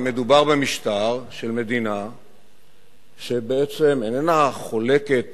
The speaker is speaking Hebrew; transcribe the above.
מדובר במשטר של מדינה שבעצם איננה חולקת